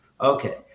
Okay